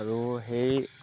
আৰু সেই